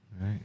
Right